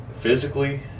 Physically